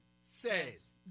says